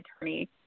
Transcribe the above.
attorney